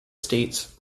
states